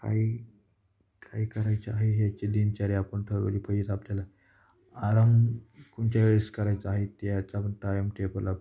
काही काही करायचं आहे याचे दिनचर्या आपण ठरवली पाहिजे आपल्याला आराम कोणच्या वेळेस करायचा आहे त्या याचा आपण टाईम टेबल आपण